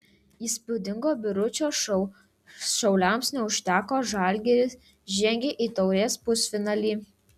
įspūdingo biručio šou šiauliams neužteko žalgiris žengė į taurės pusfinalį